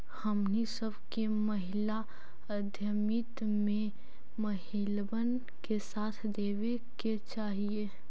हमनी सब के महिला उद्यमिता में महिलबन के साथ देबे के चाहई